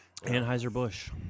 Anheuser-Busch